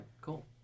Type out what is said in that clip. Cool